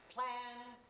Plans